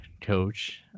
coach